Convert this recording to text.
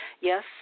Yes